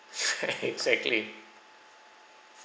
exactly